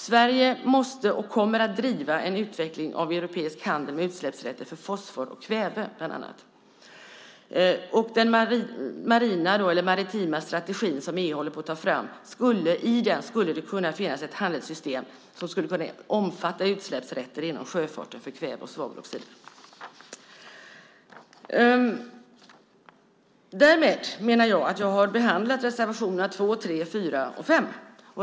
Sverige måste, och kommer att, driva en utveckling av europeisk handel med utsläppsrätter för bland annat fosfor och kväve. I den maritima strategi som EU tar fram skulle det kunna finnas ett handelssystem som skulle kunna omfatta utsläppsrätter inom sjöfarten för kväve och svaveloxider. Därmed har jag behandlat reservationerna 2, 3, 4 och 5.